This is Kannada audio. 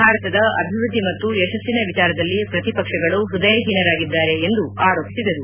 ಭಾರತದ ಅಭಿವೃದ್ಧಿ ಮತ್ತು ಯಶಸ್ಸಿನ ವಿಚಾರದಲ್ಲಿ ಪ್ರತಿಪಕ್ಷಗಳು ಪ್ಯದಯಹೀನರಾಗಿದ್ದಾರೆ ಎಂದು ಆರೋಪಿಸಿದರು